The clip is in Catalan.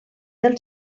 del